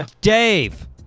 Dave